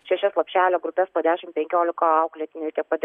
šešias lopšelio grupes po dešimt penkiolika auklėtinių ir tiek pat